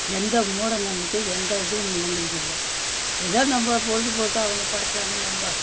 எந்த மூட நம்பிக்கையும் எந்த இதுவும் எங்களுக்கு இல்லை ஏதோ நம்ம பொழுதுபோக்கு அவங்க படைச்சாங்க நம்ம